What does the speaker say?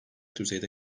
düzeyde